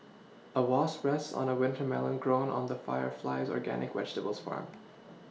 a wasp rests on a winter melon grown on the fire Flies organic vegetables farm